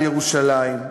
על ירושלים.